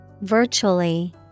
Virtually